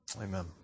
Amen